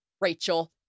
Rachel